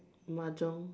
mahjong